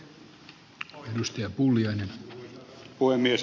arvoisa puhemies